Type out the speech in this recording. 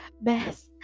Best